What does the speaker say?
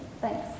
Thanks